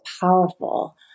powerful